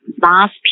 last